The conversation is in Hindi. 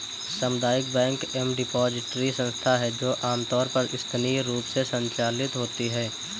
सामुदायिक बैंक एक डिपॉजिटरी संस्था है जो आमतौर पर स्थानीय रूप से संचालित होती है